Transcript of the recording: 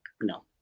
No